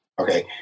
Okay